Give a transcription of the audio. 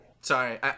Sorry